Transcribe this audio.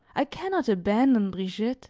i can not abandon brigitte